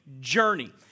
journey